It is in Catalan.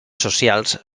socials